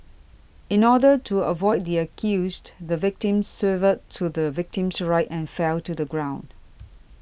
in order to avoid the accused the victim swerved to the victim's right and fell to the ground